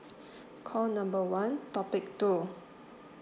call number one topic two